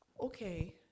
Okay